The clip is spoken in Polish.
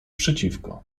przeciwko